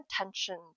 attention